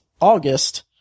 August